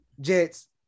Jets